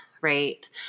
right